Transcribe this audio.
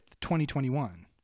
2021